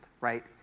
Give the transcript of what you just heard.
right